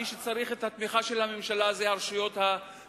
מי שצריך את התמיכה של הממשלה זה הרשויות החלשות,